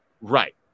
Right